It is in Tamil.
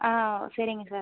ஆ சரிங்க சார்